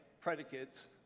predicates